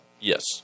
Yes